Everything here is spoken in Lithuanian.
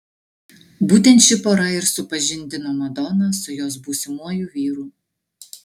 būtent ši pora ir supažindino madoną su jos būsimuoju vyru